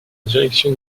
direction